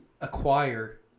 acquire